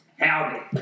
Howdy